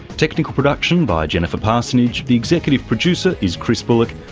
technical production by jennifer parsonage, the executive producer is chris bullock,